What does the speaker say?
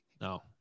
No